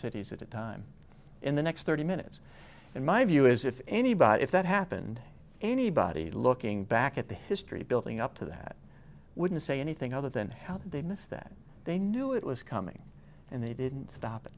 cities at a time in the next thirty minutes and my view is if anybody if that happened anybody looking back at the history building up to that wouldn't say anything other than how they missed that they knew it was coming and they didn't stop it